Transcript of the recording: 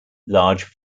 large